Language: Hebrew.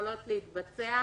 שיכולות להתבצע